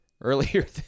earlier